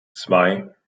zwei